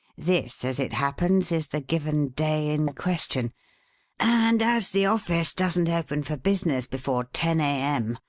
this, as it happens, is the given day in question and as the office doesn't open for business before ten a. m,